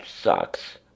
sucks